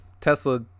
Tesla